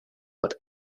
but